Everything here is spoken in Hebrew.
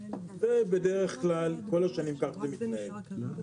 בדרך כלל כך זה מתנהל כל השנים.